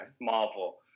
Marvel